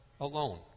alone